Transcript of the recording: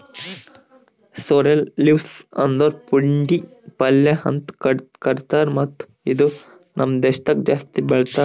sorrel leaves ಅಂದುರ್ ಪುಂಡಿ ಪಲ್ಯ ಅಂತ್ ಕರಿತಾರ್ ಮತ್ತ ಇದು ನಮ್ ದೇಶದಾಗ್ ಜಾಸ್ತಿ ಬೆಳೀತಾರ್